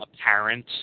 apparent